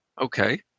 Okay